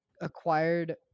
acquired